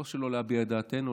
לא שלא להביע את דעתנו,